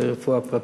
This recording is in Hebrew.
לרפואה הפרטית.